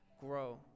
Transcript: Grow